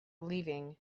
leaving